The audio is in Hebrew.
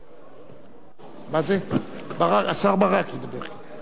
אדוני היושב-ראש,